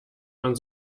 man